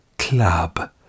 club